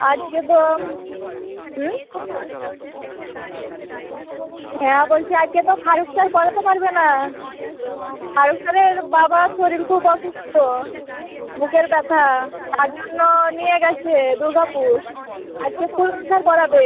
আজকে তো হুঁ হুম হ্যাঁ বলছি আজকে তো ফারুখ স্যার পড়াতে পারবে না ফারুখ স্যারের বাবার শরীর খুব অসুস্থ বুকের ব্যথা তার জন্য নিয়ে গেছে দুর্গাপুর আজকে ফুল স্যার পড়াবে